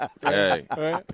hey